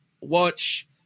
watch